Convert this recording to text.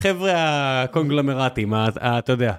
חבר'ה הקונגלומרטים, אתה יודע.